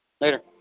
Later